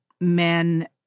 men